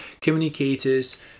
communicators